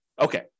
okay